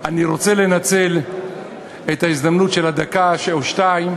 אני רוצה לנצל את ההזדמנות של הדקה, או שתיים,